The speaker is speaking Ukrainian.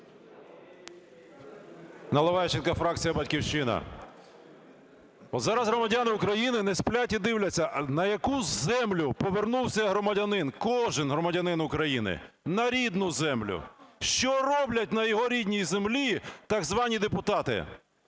Наливайченко, фракція "Батьківщина". Зараз громадяни України не сплять і дивляться, на яку землю повернувся громадянин, кожен громадянин України. На рідну землю. Що роблять на його рідній землі так звані депутати?